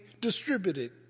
distributed